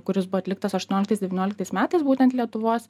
kuris buvo atliktas aštuonioliktais devynioliktais metais būtent lietuvos